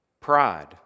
pride